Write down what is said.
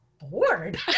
bored